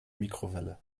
mikrowelle